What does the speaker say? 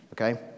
Okay